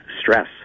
stress